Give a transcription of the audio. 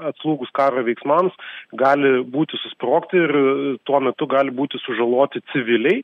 atslūgus karo veiksmams gali būti susprogti ir tuo metu gali būti sužaloti civiliai